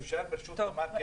אפשר בבקשה?